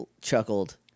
chuckled